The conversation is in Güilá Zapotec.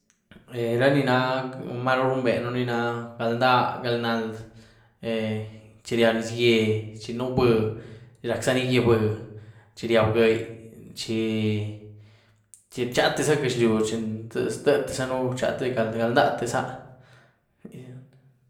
Raní nah, maru rumbeën ni nah galndah, galdnaldh, chi ríab nyisye, chi nu bî, chi rac' zaní gyiehbî, chi ríab giëi, chi chi rchateza gaxliú, chi rdeit'zanu galdáteza.